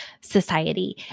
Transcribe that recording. Society